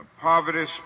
Poverty